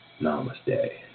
Namaste